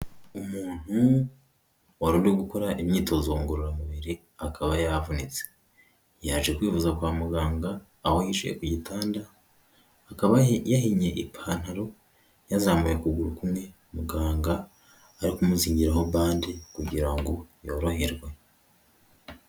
Umuntu, wari uri gukora imyitozo ngororamubiri akaba yavunitse, yaje kwivuza kwa muganga, aho yicaye ku gitanda, akaba yahinnye ipantaro, yazamuye ukuguru kumwe, muganga ari kumuzingiraho bande kugira ngo yoroherwe.